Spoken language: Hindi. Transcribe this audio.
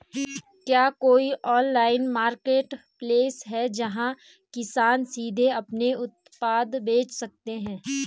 क्या कोई ऑनलाइन मार्केटप्लेस है, जहां किसान सीधे अपने उत्पाद बेच सकते हैं?